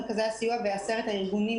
מרכזי הסיוע ועשרת הארגונים,